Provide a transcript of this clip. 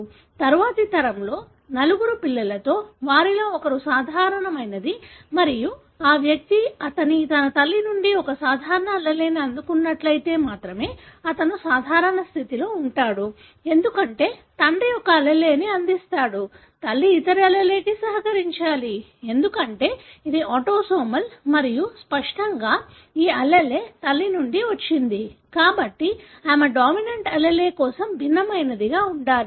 తరువాతి తరంలో నలుగురు పిల్లలలో వారిలో ఒకరు సాధారణమైనది మరియు ఈ వ్యక్తి అతను తన తల్లి నుండి ఒక సాధారణ allele అందుకున్నట్లయితే మాత్రమే అతను సాధారణ స్థితిలో ఉంటాడు ఎందుకంటే తండ్రి ఒక allele అందిస్తాడు తల్లి ఇతర alleleకి సహకరించాలి ఎందుకంటే ఇది ఆటోసోమల్ మరియు స్పష్టంగా ఈ allele తల్లి నుండి వచ్చింది కాబట్టి ఆమె డామినెన్ట్ allele కోసం భిన్నమైనదిగా ఉండాలి